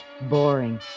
Boring